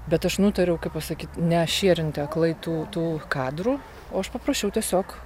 bet aš nutariau kaip pasakyt nešierinti aklai tų tų kadrų o aš paprašiau tiesiog